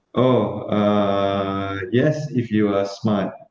oh uh yes if you are smart